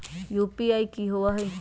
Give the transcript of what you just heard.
UPI कि होअ हई?